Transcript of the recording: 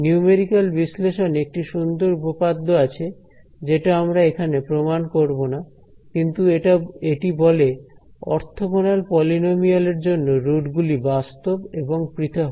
numerical বিশ্লেষণে একটি সুন্দর উপপাদ্য আছে যেটা আমরা এখানে প্রমাণ করব না কিন্তু এটি বলে অর্থগণাল পলিনোমিয়াল এর জন্য রুট গুলি বাস্তব এবং পৃথক হয়